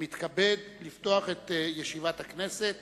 אני מתכבד לפתוח את ישיבת הכנסת.